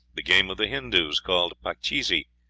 the game of the hindoos, called pachisi,